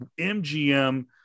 MGM